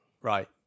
Right